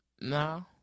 No